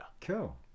Cool